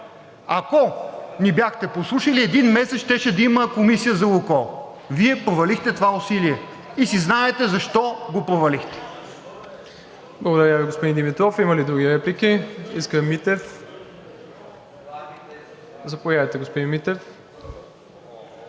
Ако ни бяхте послушали, един месец щеше да има комисия за „Лукойл“, Вие провалихте това усилие и си знаете защо го провалихте.